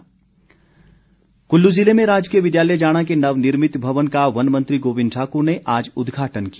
गोविन्द ठाक्र कुल्लू ज़िले में राजकीय विद्यालय जाणा के नवनिर्मित भवन का वन मंत्री गाविंद ठाकुर ने आज उद्घाटन किया